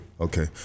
Okay